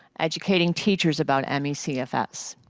educating teachers about me cfs.